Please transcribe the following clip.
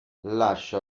lascia